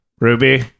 Ruby